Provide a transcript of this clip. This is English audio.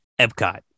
Epcot